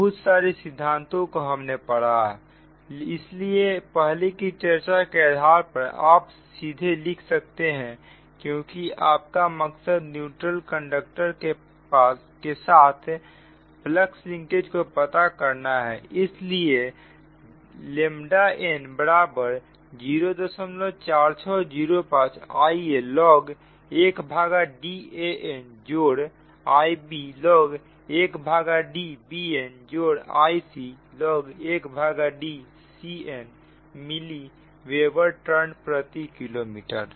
बहुत सारे सिद्धांतों को हमने पहले पढ़ा है इसलिए पहले के चर्चा के आधार पर आप सीधे लिख सकते हैं क्योंकि आपका मकसद न्यूट्रल कंडक्टर के साथ फ्लक्स लिंकेज को पता करना है इसलिए nबराबर 04605 Ialog1Danजोड़ Iblog1Dbnजोड़ Iclog1Dcnमिली वेबर टर्न प्रति किलोमीटर